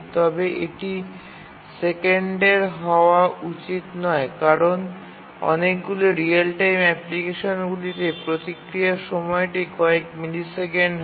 তবে এটি সেকেন্ডের হওয়া উচিত নয় কারণ অনেকগুলি রিয়েল টাইম অ্যাপ্লিকেশনগুলিতে প্রতিক্রিয়া সময়টি কয়েক মিলি সেকেন্ড হয়